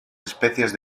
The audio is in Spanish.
especies